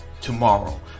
tomorrow